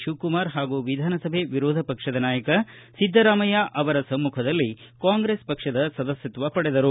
ಶಿವಕುಮಾರ್ ಹಾಗೂ ವಿಧಾನಸಭೆ ವಿರೋಧ ಪಕ್ಷದ ನಾಯಕ ಸಿದ್ದರಾಮಯ್ಯ ಅವರ ಸಮ್ಮಖದಲ್ಲಿ ಕಾಂಗ್ರೆಸ್ ಪಕ್ಷದ ಸದಸ್ಕತ್ವ ಪಡೆದರು